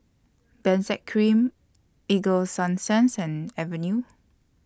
Benzac Cream Ego Sunsense and Avenue